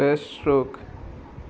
बेस्ट्रोक